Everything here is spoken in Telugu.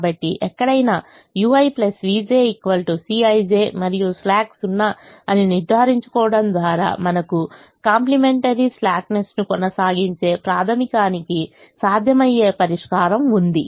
కాబట్టి ఎక్కడైనా ui vj Cij మరియు స్లాక్ 0 అని నిర్ధారించుకోవడం ద్వారా మనకు కాంప్లిమెంటరీ స్లాక్ నెస్ ను కొనసాగించే ప్రాధమికానికి సాధ్యమయ్యే పరిష్కారం ఉంది